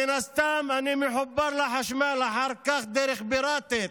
מן הסתם, אני מחובר לחשמל אחר כך בדרך פיראטית,